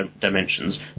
dimensions